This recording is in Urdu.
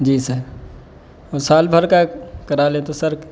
جی سر سال بھر کا کرا لیں تو سر